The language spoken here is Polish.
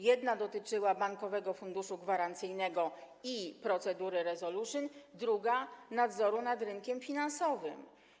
Jedna dotyczyła Bankowego Funduszu Gwarancyjnego i procedury resolution, druga - nadzoru nad rynkiem finansowym.